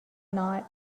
not